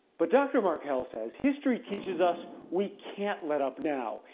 but dr. markle says history teaches us, we can't let up now.